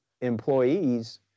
employees